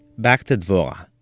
back to dvorah.